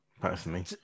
personally